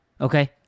Okay